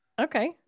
Okay